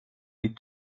les